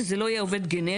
שזה לא יהיה עובד גנרי,